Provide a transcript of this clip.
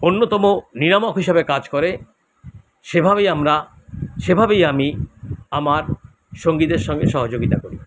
অন্যতম নিয়ামক হিসাবে কাজ করে সেভাবেই আমরা সেভাবেই আমি আমার সঙ্গীদের সঙ্গে সহযোগিতা করি